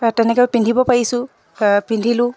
তেনেকে পিন্ধিব পাৰিছোঁ পিন্ধিলোঁ